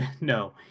No